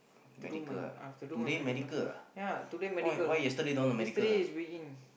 to do my I have to do my medical ya today medical yesterday is weighing